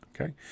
Okay